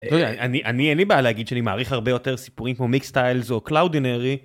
אני אין לי בעיה להגיד שאני מעריך הרבה יותר סיפורים כמו מיקס טיילס או קלאודינרי.